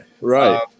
Right